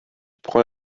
prend